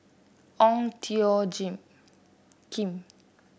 Ong Tjoe Kim